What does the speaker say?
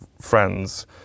friends